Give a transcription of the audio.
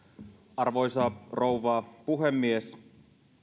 arvoisa rouva puhemies